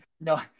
no